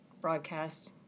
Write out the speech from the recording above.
broadcast